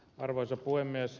arvoisa puhemies